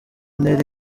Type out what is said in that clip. ntera